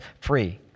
free